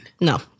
no